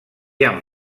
han